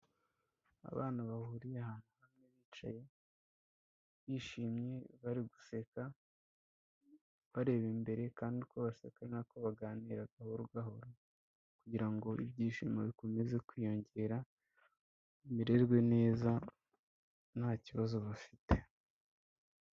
Abana bahuriye ahantu bicaye bishimye bari guseka bareba imbere kandi uko baseka ni nako baganira gahoro gahoro, kugira ngo ibyishimo bikomeze kwiyongera bamererwe neza ntakibazo bafite.